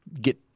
get